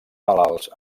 malalts